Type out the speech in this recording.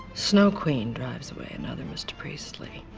snow queen drives away another mr. priestly.